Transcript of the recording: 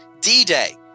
D-Day